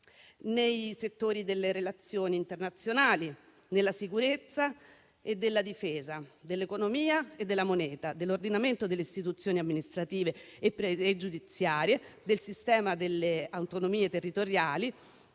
nei settori delle relazioni internazionali, della sicurezza e della difesa, dell'economia e della moneta, dell'ordinamento delle istituzioni amministrative e giudiziarie e del sistema delle autonomie territoriali,